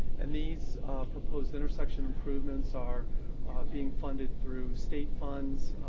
and these proposed intersection improvements are being funded through state funds,